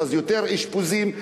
יותר אשפוזים,